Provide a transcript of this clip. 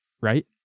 Right